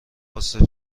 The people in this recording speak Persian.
عاصف